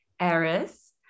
ARIS